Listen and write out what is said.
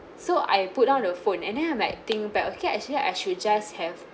so I put down the phone and then I'm like think back okay actually I should just have